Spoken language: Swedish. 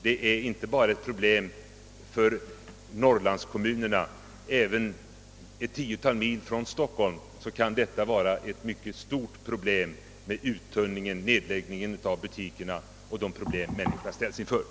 Denna problematik gäller inte bara norrlandskommunerna. Även ett tiotal mil från Stockholm kan uttunningen och nedläggningen av butiker och därmed sammanhängande svårigheter för män niskorna utgöra ett mycket stort problem.